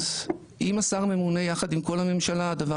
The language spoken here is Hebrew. אז אם השר ממונה יחד עם כל הממשלה הדבר